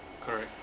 correct